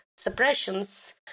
Suppressions